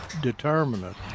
determinant